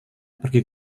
pergi